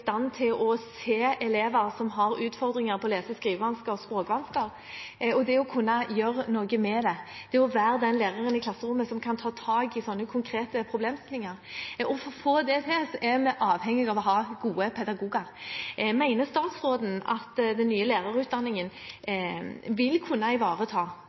stand til å se elever som har utfordringer som lese- og skrivevansker, språkvansker, og kunne gjøre noe med det – være den læreren i klasserommet som kan ta tak i slike konkrete problemstillinger – er vi avhengig av å ha gode pedagoger for å få til. Mener statsråden at den pedagogiske tyngden i den nye lærerutdanningen er stor nok til at vi vil kunne ivareta